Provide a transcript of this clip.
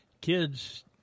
kids